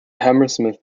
hammersmith